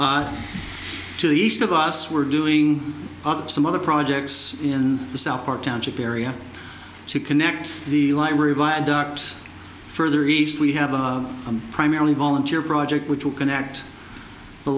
to the east of us we're doing some other projects in the south park township area to connect the library viaduct further east we have a primarily volunteer project which will connect the